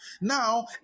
Now